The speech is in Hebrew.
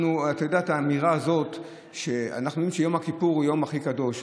אנחנו יודעים שיום כיפור הוא היום הכי קדוש,